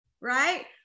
right